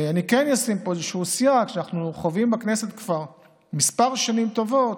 אני כן אשים פה איזשהו סייג שאנחנו חווים בכנסת כבר כמה שנים טובות,